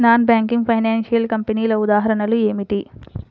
Non banking financial కంపెనీల ఉదాహరణలు ఏమిటి?